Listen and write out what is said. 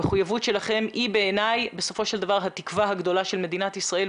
המחויבות שלכם בעיניי היא בסופו של דבר התקווה הגדולה של מדינת ישראל.